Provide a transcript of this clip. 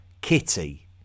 Kitty